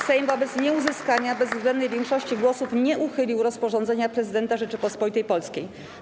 Sejm wobec nieuzyskania bezwzględnej większości głosów nie uchylił rozporządzenia prezydenta Rzeczypospolitej Polskiej.